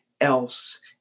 else